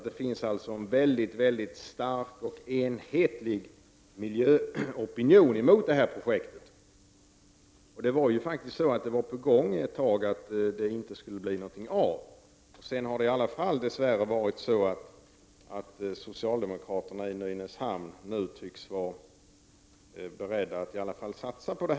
Det finns alltså en mycket stark och enhetlig miljöopinion emot detta projekt. Det höll faktiskt ett slag på att inte bli av. Sedan har det dess värre i alla fall varit så att socialdemokraterna i Nynäshamn tycks vara beredda att satsa på det.